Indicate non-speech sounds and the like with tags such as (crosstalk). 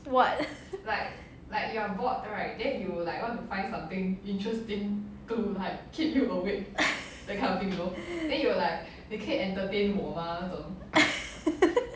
what (laughs)